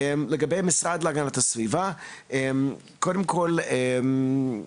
לגבי המשרד להגנת הסביבה, קודם כל אנחנו